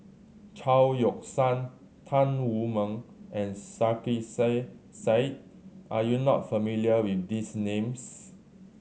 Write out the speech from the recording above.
Chao Yoke San Tan Wu Meng and Sarkasi Said are you not familiar with these names